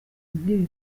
nk’ibi